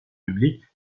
publiques